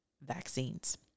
vaccines